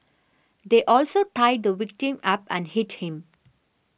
they also tied the victim up and hit him